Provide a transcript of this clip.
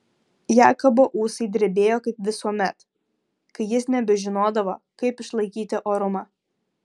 jakobo ūsai drebėjo kaip visuomet kai jis nebežinodavo kaip išlaikyti orumą